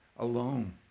Alone